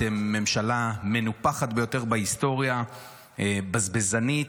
אתם הממשלה המנופחת ביותר בהיסטוריה, בזבזנית,